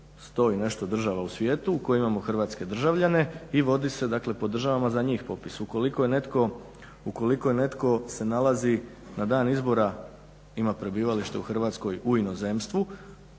100 i nešto država u svijetu u kojima imamo hrvatske državljane i vodi se, dakle po državama za njih popis. Ukoliko se netko nalazi na dan izbora ima prebivalište u Hrvatskoj, u inozemstvu,